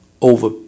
over